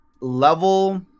level